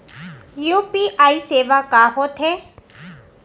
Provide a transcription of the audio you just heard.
UPI सेवाएं का होथे?